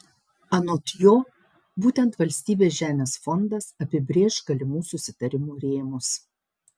anot jo būtent valstybės žemės fondas apibrėš galimų susitarimų rėmus